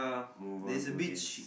move on to this